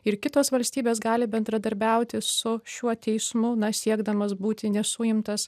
ir kitos valstybės gali bendradarbiauti su šiuo teismu na siekdamas būti nesuimtas